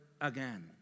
again